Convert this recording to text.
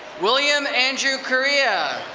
william andrew correa.